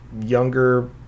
younger